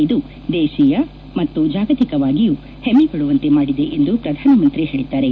ಇದು ದೇಶಿಯವಾಗಿ ಮತ್ತು ಜಾಗತಿಕವಾಗಿಯೂ ಹೆಮ್ನೆ ಪಡುವಂತೆ ಮಾಡಿದೆ ಎಂದು ಪ್ರಧಾನಮಂತ್ರಿ ಹೇಳಿದ್ದಾರೆ